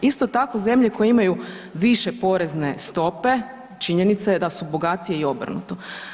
Isto tako, zemlje koje imaju više porezne stope, činjenica je da su bogatije i obrnuto.